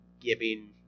giving